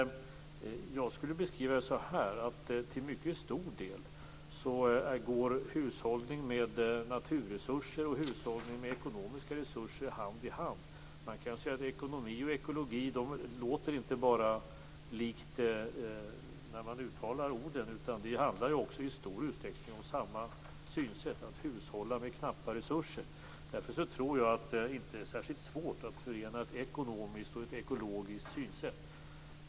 Jag skulle beskriva saken så här: Till mycket stor del går hushållning med naturresurser och hushållning med ekonomiska resurser hand i hand. Man kan säga att ekonomi och ekologi inte bara låter lika när man uttalar orden, det handlar i stor utsträckning också om samma synsätt, att hushålla med knappa resurser. Därför tror jag inte att det är särskilt svårt att förena ett ekonomiskt och ett ekologiskt synsätt.